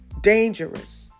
dangerous